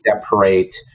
separate